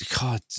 God